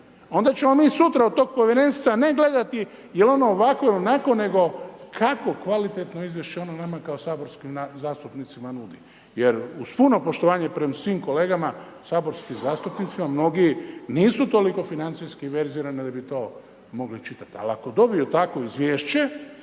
onda ćemo mi sutra od tog povjerenstva ne gledati jel ono ovakvo, onakvo, nego kako kvalitetno izvješće ono nama kao saborskim zastupnicima nudi, jer uz puno poštovanje prema svim kolegama, saborskim zastupnicima, mnogi nisu toliko financijski verzirani da bi to mogli čitat. Ako dobiju takvo izvješće